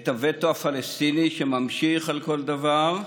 את הווטו הפלסטיני שממשיך על כל דבר?